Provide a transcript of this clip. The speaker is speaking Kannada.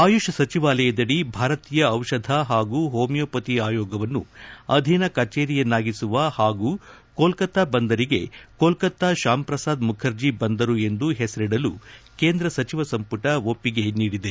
ಆಯುಷ್ ಸಚಿವಾಲಯದಡಿ ಭಾರತೀಯ ದಿಷಧ ಪಾಗೂ ಹೋಮಿಯೋಪತಿ ಅಯೋಗವನ್ನು ಅಧೀನ ಕಚೇರಿಯನ್ನಾಗಿಸುವ ಪಾಗೂ ಕೋಲ್ಕತ್ತಾ ಬಂದರಿಗೆ ಕೋಲ್ಕತ್ತಾ ಶ್ಕಾಮ್ ಪ್ರಸಾದ್ ಮುಖರ್ಜಿ ಬಂದರು ಎಂದು ಪೆಸರಿಡಲು ಕೇಂದ್ರ ಸಚಿವ ಸಂಮಟ ಒಪ್ಪಿಗೆ ನೀಡಿದೆ